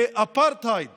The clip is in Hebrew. באפרטהייד